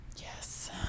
Yes